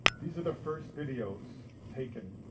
these are the first videos taken.